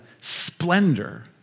splendor